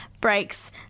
breaks